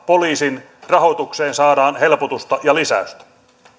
poliisin rahoitukseen saadaan helpotusta ja lisäystä